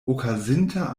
okazinta